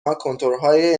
کنتورهای